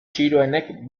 txiroenek